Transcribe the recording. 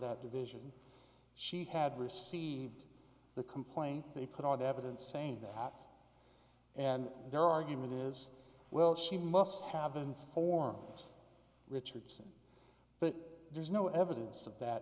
that division she had received the complaint they put on evidence saying that and their argument is well she must have been for richardson but there's no evidence of that